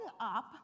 up